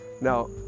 Now